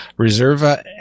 Reserva